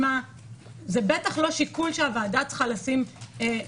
זה בטח לא שיקול שהוועדה צריכה לקחת,